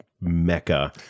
mecca